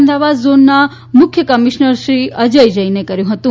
અમદાવાદ ઝોનના મુખ્ય કમિશનર શ્રી અજય જૈને કર્યું હતું